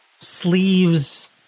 Sleeves